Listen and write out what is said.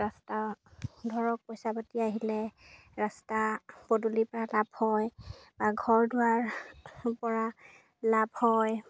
ৰাস্তা ধৰক পইচা পাতি আহিলে ৰাস্তা পদূলিৰ পৰা লাভ হয় বা ঘৰ দুৱাৰ পৰা লাভ হয়